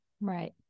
Right